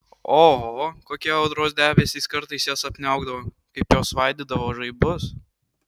oho kokie audros debesys kartais jas apniaukdavo kaip jos svaidydavo žaibus